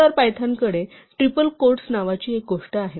तर पायथॉनकडे triple quotes नावाची एक गोष्ट आहे